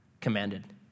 commanded